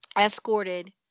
escorted